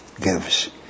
gives